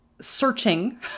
searching